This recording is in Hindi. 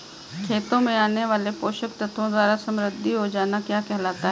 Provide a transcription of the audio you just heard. खेतों में आने वाले पोषक तत्वों द्वारा समृद्धि हो जाना क्या कहलाता है?